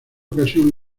ocasión